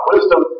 Wisdom